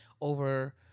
over